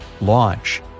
Launch